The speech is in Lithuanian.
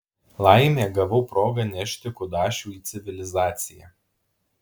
laimė gavau progą nešti kudašių į civilizaciją